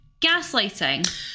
gaslighting